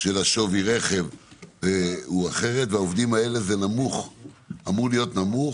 של שווי הרכב הוא אחרת, ואמור להיות נמוך